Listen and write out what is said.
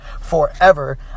forever